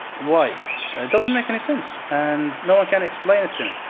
why? it doesn't make any sense. and no one can explain it to me.